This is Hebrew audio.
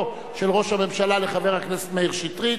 של ראש הממשלה לחבר הכנסת מאיר שטרית,